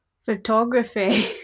Photography